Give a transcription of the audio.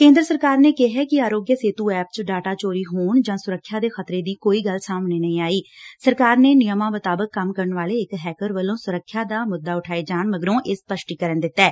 ਕੇਂਦਰ ਸਰਕਾਰ ਨੇ ਕਿਹੈ ਕਿ ਆਰੋਗਿਆ ਸੇਤੂ ਐਪ ਚ ਡਾਟਾ ਚੋਰੀ ਹੋਣ ਜਾ ਸੁਰੱਖਿਆ ਦੇ ਖ਼ਤਰੇ ਦੀ ਕੋਈ ਗੱਲ ਸਾਹਮਣੇ ਨਹੀਂ ਆਈ ਸਰਕਾਰ ਨੇ ਨਿਯਮਾਂ ਮੁਤਾਬਿਕ ਕੰਮ ਕਰਨ ਵਾਲੇ ਇਕ ਹੈਕਰ ਵੱਲੋਂ ਸੁਰੱਖਿਆ ਦਾ ਮੁੱਦਾ ਉਠਾਏ ਜਾਣ ਮਗਰੋਂ ਇਹ ਸਪੱਸ਼ਟੀਕਰਨ ਦਿੱਤੈ